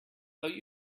though